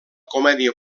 comèdia